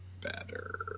better